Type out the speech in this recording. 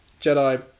Jedi